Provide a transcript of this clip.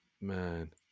Man